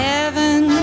Heaven